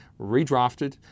redrafted